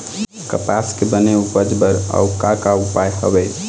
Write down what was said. कपास के बने उपज बर अउ का का उपाय हवे?